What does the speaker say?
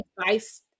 advice